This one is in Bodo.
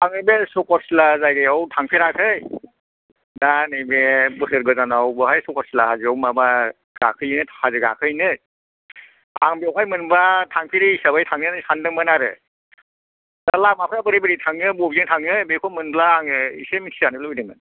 आङो बे चक्रसिला जायगायाव थांफेराखै दा नैबे बोसोर गोदानाव बेवहाय चक्रसिला हाजोआव माबा गाखोयो हाजो गाखोयोनो आं बेवहाय मोनबा थांफेरै हिसाबै थांनायनो सान्दोंमोन आरो दा लामाफ्रा बोरै बोरै थाङो बबेजों थाङो बेखौ मोनब्ला आङो एसे मिथिजानो लुबैदोंमोन